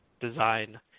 design